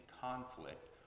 conflict